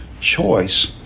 choice